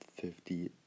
fifty